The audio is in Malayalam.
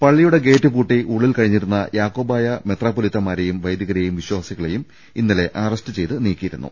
പള്ളിയുടെ ഗേറ്റ് പൂട്ടി ഉള്ളിൽ കഴിഞ്ഞിരുന്ന യാക്കോബായ മെത്രാപൊലീത്തമാരെയും വൈദികരെയും വിശാസികളെയും ഇന്നലെ അറസ്റ്റ് ചെയ്ത് നീക്കിയിരുന്നു